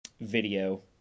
video